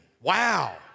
wow